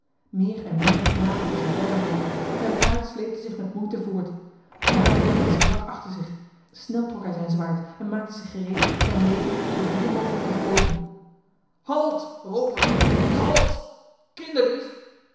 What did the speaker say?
meer en meer naderden zijne vijanden zijn paard sleepte zich met moeite voort daar hoorde hij ze vlak achter zich snel trok hij zijn zwaard en maakte zich gereed zijn leven zoo duur mogelijk te verkoopen halt roover halt kinderdief